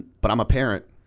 but i'm a parent,